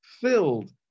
filled